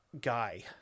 guy